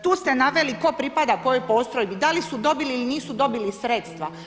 Tu ste naveli tko pripada kojoj postrojbi, da li su dobili ili nisu dobili sredstva.